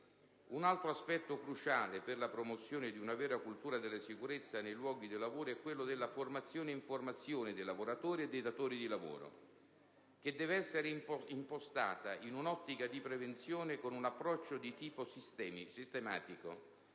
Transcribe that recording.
Un altro aspetto cruciale per la promozione di una vera cultura della sicurezza nei luoghi di lavoro è quello della formazione-informazione dei lavoratori e dei datori di lavoro, che deve essere impostata in un'ottica di prevenzione e con un approccio di tipo sistematico,